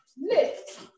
lift